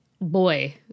boy